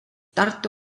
tartu